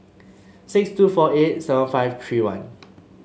six two four eight seven five three one